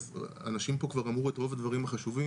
אז אנשים פה כבר אמרו את רוב הדברים החשובים,